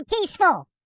peaceful